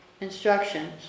instructions